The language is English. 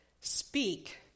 speak